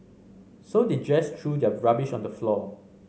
so they just threw their rubbish on the floor